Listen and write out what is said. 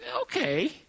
okay